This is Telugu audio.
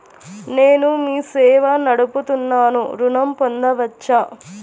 నేను మీ సేవా నడుపుతున్నాను ఋణం పొందవచ్చా?